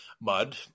mud